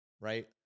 right